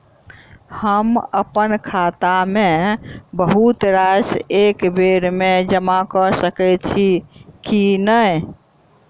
हम अप्पन खाता मे बहुत राशि एकबेर मे जमा कऽ सकैत छी की नै?